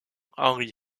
henri